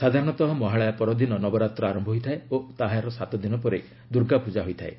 ସାଧାରଣତଃ ମହାଳୟା ପରଦିନ ନବରାତ୍ର ଆରମ୍ଭ ହୋଇଥାଏ ଓ ଏହାର ସାତଦିନ ପରେ ଦୁର୍ଗାପ୍ତଜା ହୋଇଥାଏ